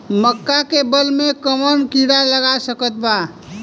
मका के बाल में कवन किड़ा लाग सकता?